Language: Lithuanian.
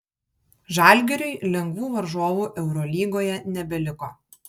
žalgiriui lengvų varžovų eurolygoje nebeliko